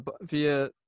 via